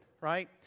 right